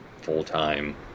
full-time